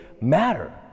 matter